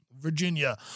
Virginia